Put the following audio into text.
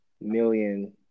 million